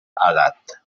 edat